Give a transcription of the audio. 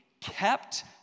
kept